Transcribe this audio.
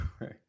Right